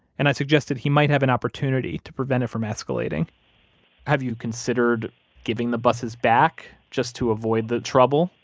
and i suggested he might have an opportunity to prevent it from escalating have you considered giving the buses back just to avoid the trouble?